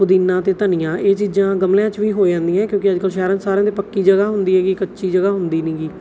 ਪੁਦੀਨਾ ਅਤੇ ਧਨੀਆ ਇਹ ਚੀਜ਼ਾਂ ਗਮਲਿਆਂ 'ਚ ਵੀ ਹੋ ਜਾਂਦੀਆਂ ਕਿਉਂਕਿ ਅੱਜ ਕੱਲ੍ਹ ਸ਼ਹਿਰਾਂ 'ਚ ਸਾਰਿਆਂ ਦੇ ਪੱਕੀ ਜਗ੍ਹਾ ਹੁੰਦੀ ਹੈਗੀ ਕੱਚੀ ਜਗ੍ਹਾ ਹੁੰਦੀ ਨੀਗੀ